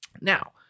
Now